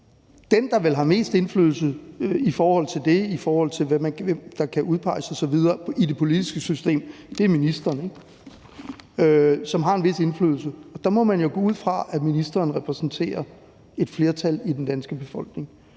Den, der vel har mest indflydelse i forhold til det, i forhold til hvem der kan udpeges osv., i det politiske system, er ministeren, som har en vis indflydelse. Og der må man jo gå ud fra, at ministeren repræsenterer et flertal i den danske befolkning.